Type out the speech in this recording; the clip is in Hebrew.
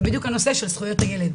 זה בדיוק הנושא של זכויות הילד,